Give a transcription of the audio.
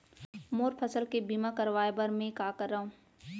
मोर फसल के बीमा करवाये बर में का करंव?